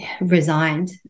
Resigned